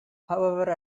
however